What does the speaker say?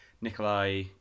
Nikolai